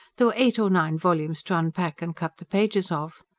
there were eight or nine volumes to unpack and cut the pages of.